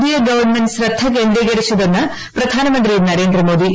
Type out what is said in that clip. D A government ശ്രദ്ധ കേന്ദ്രീകരിച്ചതെന്ന് പ്രധാനമന്ത്രി നരേന്ദ്രമോദി